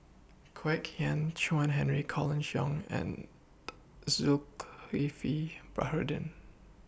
Kwek Hian Chuan Henry Colin Cheong and Zulkifli Baharudin